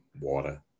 water